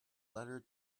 letter